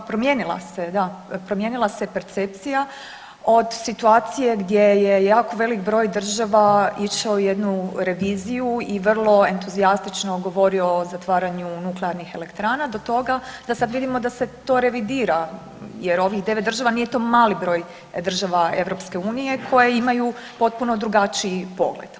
Pa promijenila se da, promijenila se percepcija od situacije gdje je jako velik broj država išao u jednu reviziju i vrlo entuzijastično govorio o zatvaranju nuklearnih elektrana do toga da sad vidimo da se to revidira jer ovih 9 država nije to mali broj država EU koje imaju potpuno drugačiji pogled.